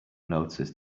noticed